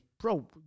Bro